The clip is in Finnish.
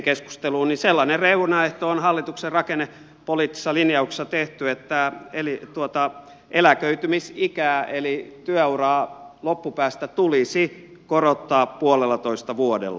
sellainen reunaehto on hallituksen rakennepoliittisissa linjauksissa tehty että eläköitymisikää eli työuraa loppupäästä tulisi korottaa puolellatoista vuodella